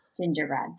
gingerbread